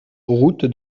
route